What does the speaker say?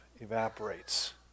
evaporates